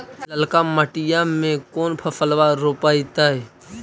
ललका मटीया मे कोन फलबा रोपयतय?